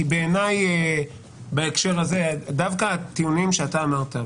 כי בעיניי דווקא הטיעונים שאמרת,